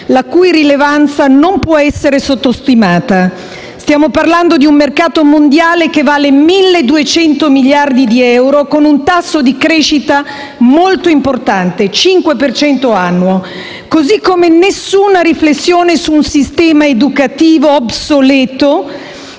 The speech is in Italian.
la cui rilevanza non può essere sottostimata (parliamo di un mercato mondiale che vale 1200 miliardi di euro con un tasso di crescita molto importante, del 5 per cento annuo), così come nessuna riflessione su un sistema educativo obsoleto